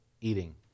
eating